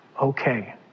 okay